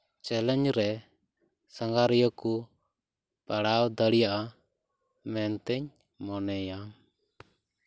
challenge ᱨᱮ ᱥᱟᱸᱜᱷᱟᱨᱤᱭᱟᱹ ᱠᱚ ᱯᱟᱲᱟᱣ ᱫᱟᱲᱮᱭᱟᱜᱼᱟ ᱢᱮᱱ ᱛᱮᱧ ᱢᱚᱱᱮᱭᱟ